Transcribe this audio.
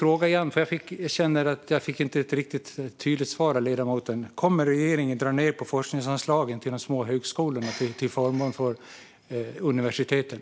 Jag känner inte att jag fick ett riktigt tydligt svar av ledamoten, så jag frågar igen: Kommer regeringen att dra ned på forskningsanslagen till de små högskolorna, till förmån för universiteten?